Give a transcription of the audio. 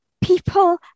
people